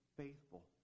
faithful